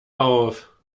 auf